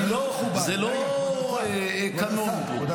זה לא מכובד, באמת.